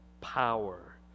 power